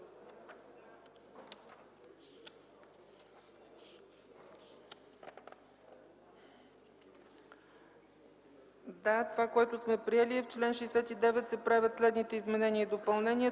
Да, това, което сме приели, е: „В чл. 69 се правят следните изменения и допълнения: